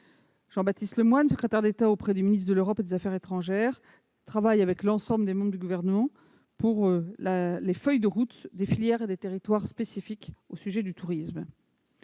Jean-Baptiste Lemoyne, secrétaire d'État auprès du ministre de l'Europe et des affaires étrangères, travaille avec l'ensemble des membres du Gouvernement pour établir les feuilles de route des filières et des territoires spécifiquement concernés par le sujet du tourisme.